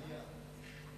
מליאה.